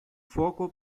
fuoco